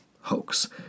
hoax